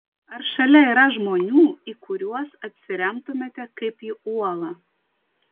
ar šalia yra žmonių į kuriuos atsiremtumėte kaip į uolą